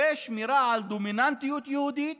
ושמירה על דומיננטיות יהודית